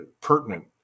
pertinent